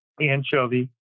anchovy